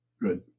Good